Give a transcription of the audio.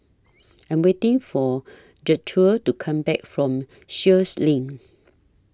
I Am waiting For Gertrude to Come Back from Sheares LINK